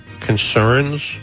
concerns